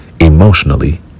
emotionally